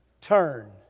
Turn